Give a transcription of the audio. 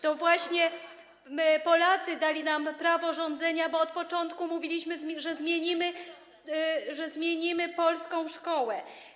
To właśnie Polacy dali nam prawo rządzenia, bo od początku mówiliśmy, że zmienimy polską szkołę.